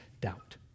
doubt